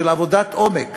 של עבודת עומק